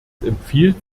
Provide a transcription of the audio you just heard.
empfiehlt